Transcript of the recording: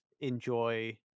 enjoy